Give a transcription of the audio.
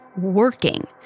working